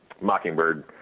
Mockingbird